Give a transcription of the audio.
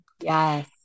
Yes